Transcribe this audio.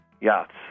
yachts